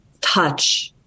touch